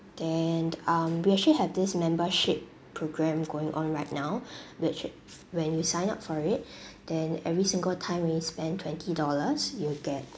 then um we actually have this membership program going on right now which it when you sign up for it then every single time when you spend twenty dollars you'll get